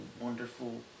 wonderful